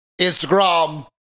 Instagram